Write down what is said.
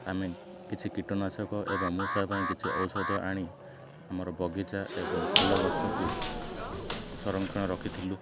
ଆମେ କିଛି କୀଟନାଶକ ଏବଂ ମୂଷା ପାଇଁ କିଛି ଔଷଧ ଆଣି ଆମର ବଗିଚା ଏବଂ ଫୁଲ ଗଛକୁ ସଂରକ୍ଷଣ ରଖିଥିଲୁ